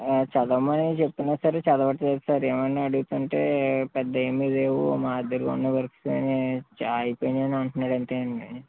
ఆ చదవమని చెప్పిన సరే చదవట్లేదు సార్ ఏవైనా అడుగుతుంటే పెద్ద ఏమి లేవు మాదిరిగా ఉన్న వర్క్స్ అన్నీ అయిపోయాయి అని అంటున్నాడు అంతే అండి